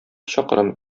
чакрым